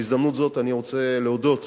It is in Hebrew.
בהזדמנות זו אני רוצה להודות